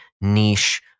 niche